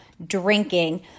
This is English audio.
drinking